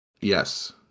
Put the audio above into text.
Yes